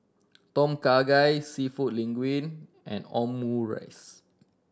Tom Kha Gai Seafood Linguine and Omurice